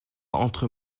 entre